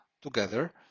together